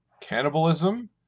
Cannibalism